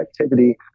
activity